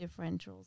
differentials